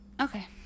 Okay